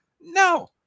No